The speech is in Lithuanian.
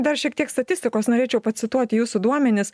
dar šiek tiek statistikos norėčiau pacituoti jūsų duomenis